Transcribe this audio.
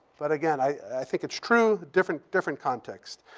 but again, i think it's true. different different context.